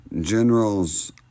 Generals